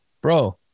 bro